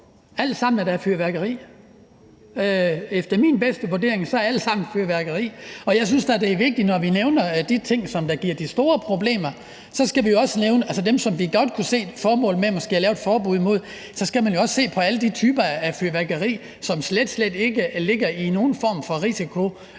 alt sammen fyrværkeri; efter min bedste vurdering er det alt sammen fyrværkeri. Og jeg synes da, det er vigtigt, at når vi nævner de ting, som giver de store problemer, altså dem, som vi godt kunne se formålet med måske at lave forbud mod, skal vi jo også se på alle de typer fyrværkeri, som slet, slet ikke indebærer nogen form for risiko